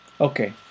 Okay